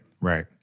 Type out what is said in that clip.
right